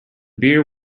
beer